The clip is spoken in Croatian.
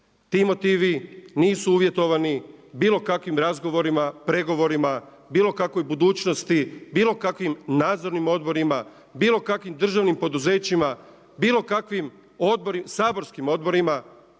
ti motivi nisu uvjetovani bilo kakvim razgovorima, pregovorima, bilo kakvoj budućnosti, bilo kakvim nadzornim odborima, bilo kakvim državnim poduzećima, bilo kakvim saborskim odborima